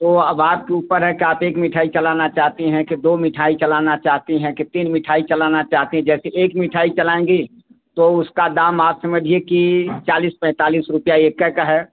तो अब आपके ऊपर है कि आप एक मिठाई चलाना चाहती हैं कि दो मिठाई चलाना चाहती हैं कि तीन मिठाई चलाना चाहती हैं जैसे एक मिठाई चलाएँगी तो उसका दाम आप समझिए कि चालीस पैंतालीस रुपया एकै का है